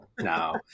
No